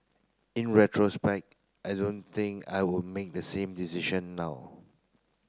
in retrospect I don't think I would make the same decision now